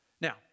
Now